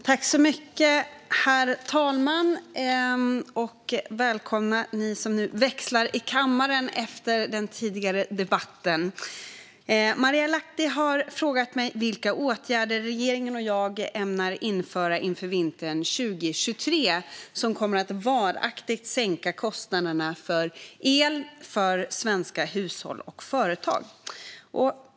Herr talman! Välkomna ni som nu växlar i kammaren efter den tidigare debatten! Marielle Lahti har frågat mig vilka åtgärder jag och regeringen ämnar införa inför vintern 2023 som varaktigt kommer att sänka kostnaderna för el för svenska hushåll och företag.